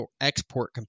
export